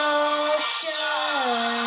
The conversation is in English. ocean